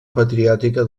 patriòtica